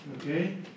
Okay